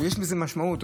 יש לזה משמעות,